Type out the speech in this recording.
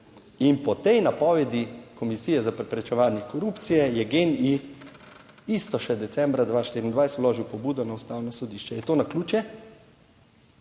In po tej napovedi Komisije za preprečevanje korupcije je GEN-I isto še decembra 2024 vložil pobudo na Ustavno sodišče. Je to naključje?